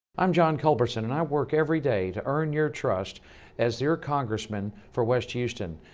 i'm john culberson and i work every day to earnyour trust as your congressman for west houston.